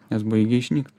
nes baigia išnykt